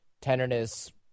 tenderness